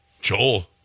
Joel